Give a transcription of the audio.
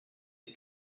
est